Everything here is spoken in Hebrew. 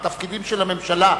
מהתפקידים של הממשלה.